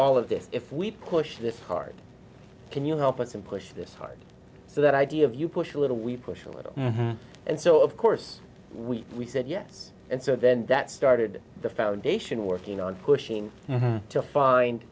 all of this if we push this hard can you help us and push this so that idea of you push a little we push a little and so of course we said yes and so then that started the foundation working on pushing to find